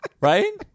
Right